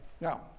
Now